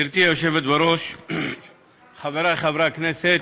גברתי היושבת בראש, חברי חברי הכנסת,